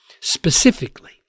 Specifically